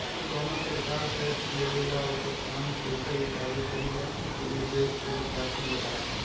कवनो सरकार टैक्स लेवेला ओकर काम पइसा जुटावे के होला ताकि उ देश के विकास में लगा सके